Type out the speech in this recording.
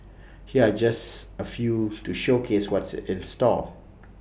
here are just A few to showcase what's in store